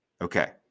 Okay